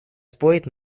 спорить